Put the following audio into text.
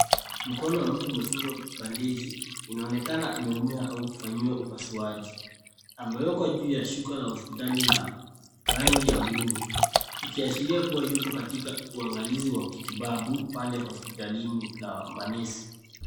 Mkono wa mtu umefungwa bandeji, inaonekana ameumia au kufanyiwa upasuaji. Amewekwa juu ya shuka la hospitali la rangi ya buluu, ikiashiria kuwa yupo katika uangalizi wa kitibabu pale hospitalini na manesi.